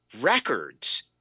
records